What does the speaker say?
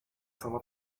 sama